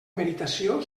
meritació